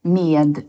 med